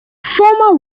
former